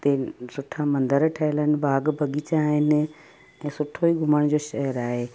उते बि सुठा मंदर ठहियलु आहिनि बाग़ बाग़ीचा आहिनि ऐं सुठो ई घुमण जो शहर आहे